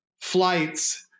flights